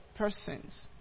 Persons